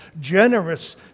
generous